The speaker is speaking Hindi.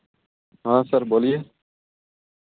हाँ सर बोलिए